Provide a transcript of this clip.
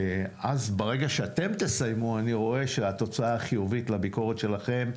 אז ברגע שאתם תסיימו אני רואה שהתוצאה חיובית לביקורת שלכם,